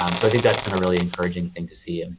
um so i think that's been a really encouraging thing to see, and